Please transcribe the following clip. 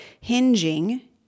hinging